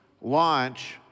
launch